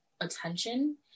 attention